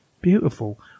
beautiful